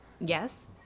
Yes